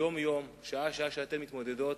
יום-יום, שעה-שעה שאתן מתמודדות